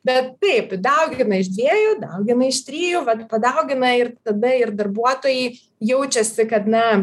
bet taip daugina iš dviejų daugina iš trijų vat padaugina ir tada ir darbuotojai jaučiasi kad na